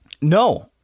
No